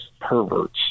perverts